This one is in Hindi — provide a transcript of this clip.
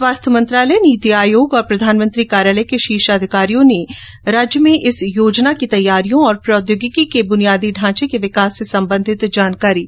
स्वास्थ्य मंत्रालय नीति आयोग और प्रधानमंत्री कार्यालय के शीर्ष अधिकारियों ने राज्यों में इस योजना की तैयारियों और प्रौद्योगिकी के बुनियादी ढांचे के विकास से संबंधित जानकारी प्रधानमंत्री को दी